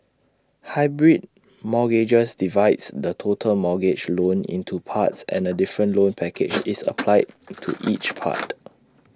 hybrid mortgages divides the total mortgage loan into parts and A different loan package is applied to each part